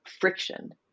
friction